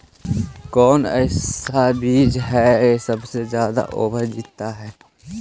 कौन सा ऐसा बीज है की सबसे ज्यादा ओवर जीता है?